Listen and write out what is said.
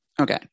Okay